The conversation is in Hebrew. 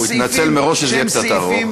הוא התנצל מראש שזה יהיה קצת ארוך.